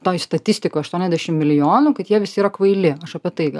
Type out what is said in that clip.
toj statistikoj aštuoniasdešim milijonų kad jie visi yra kvaili aš apie tai gal